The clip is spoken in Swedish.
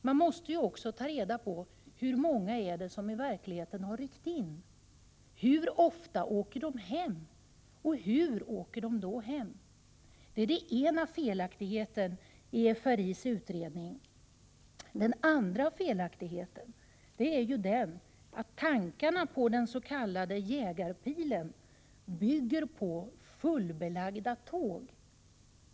Man måste också ta reda på hur många det är som verkligen har ryckt in, hur ofta de åker hem och hur de åker hem. Detta är den ena felaktigheten i FRI:s utredning. Den andra felaktigheten är att tankarna på den s.k. Jägarpilen bygger på ett antagande om fullbelagda tåg.